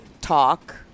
talk